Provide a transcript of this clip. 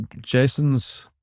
Jason's